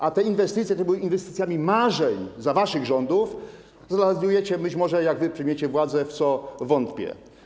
A te inwestycje, które były inwestycjami marzeń za waszych rządów, zrealizujecie być może, jak wy przejmiecie władzę, w co wątpię.